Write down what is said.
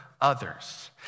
others